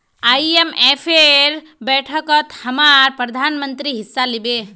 आईएमएफेर बैठकत हमसार प्रधानमंत्री हिस्सा लिबे